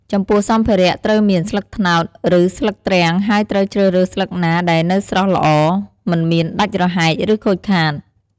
ចំពោះសម្ភារៈត្រូវមាន ស្លឹកត្នោត ឬស្លឹកទ្រាំងហើយត្រូវជ្រើសរើសស្លឹកណាដែលនៅស្រស់ល្អ មិនមានដាច់រហែក ឬខូចខាត។